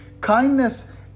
Kindness